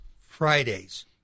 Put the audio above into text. Fridays